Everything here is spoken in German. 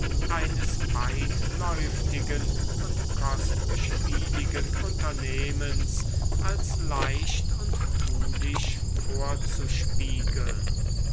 eines weitläuftigen und kostspieligen unternehmens als leicht und tulich vorzuspiegeln